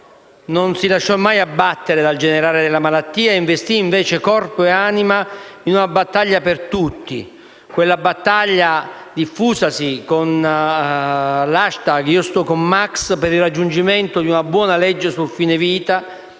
Non si lasciò mai abbattere dal degenerare della malattia e investì invece corpo e anima in una battaglia per tutti, quella battaglia diffusasi con l'*hashtag* «iostoconMax» per il raggiungimento di una buona legge sul fine vita,